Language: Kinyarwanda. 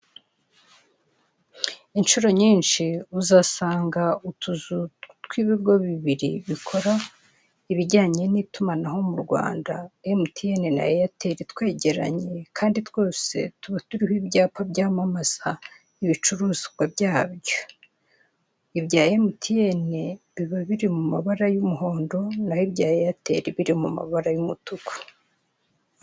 Inshuro nyinshi uzasanga utuzu tw'ibigo bibiri bikora ibijyanye n'itumanaho mu Rwanda emutiyeni na eyateli twegeranye kandi twose tuba turiho ibyapa byamamaza ibicuruzwa byabyo. Ibya emutiyeni biba biri mu mabara y'umuhondo naho ibya eyateli biri mu mabara y'umutuku.